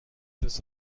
this